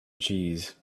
cheese